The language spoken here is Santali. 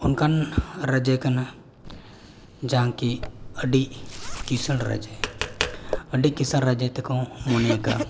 ᱚᱱᱠᱟᱱ ᱨᱟᱡᱽᱡᱚ ᱠᱟᱱᱟ ᱡᱟᱦᱟᱸ ᱠᱤ ᱟᱹᱰᱤ ᱠᱤᱥᱟᱹᱬ ᱨᱟᱡᱽᱡᱚ ᱟᱹᱰᱤ ᱠᱤᱥᱟᱹᱬ ᱨᱟᱡᱽᱡᱚ ᱛᱮᱠᱚ ᱢᱚᱱᱮᱭ ᱟᱠᱟᱫᱼᱟ